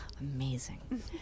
Amazing